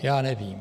Já nevím.